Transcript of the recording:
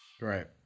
Right